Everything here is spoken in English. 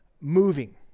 moving